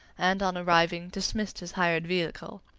and, on arriving, dismissed his hired vehicle.